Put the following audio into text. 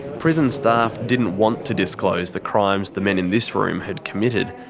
prison staff didn't want to disclose the crimes the men in this room had committed.